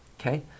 okay